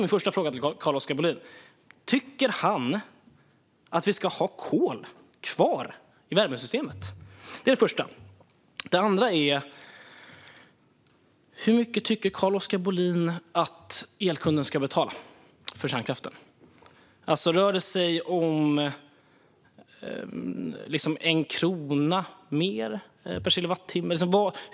Min första fråga till Carl-Oskar Bohlin är därför: Tycker han att vi ska ha kol kvar i värmesystemet? Min andra fråga är: Hur mycket tycker Carl-Oskar Bohlin att elkunden ska betala för kärnkraften? Rör det sig om 1 krona mer per kilowattimme?